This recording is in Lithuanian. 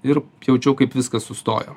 ir jaučiau kaip viskas sustojo